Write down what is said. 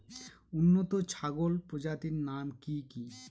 উন্নত ছাগল প্রজাতির নাম কি কি?